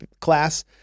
class